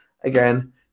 again